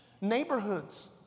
neighborhoods